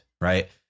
right